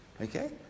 Okay